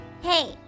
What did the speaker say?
Hey